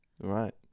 Right